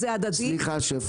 סליחה שהפרעתי.